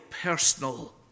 personal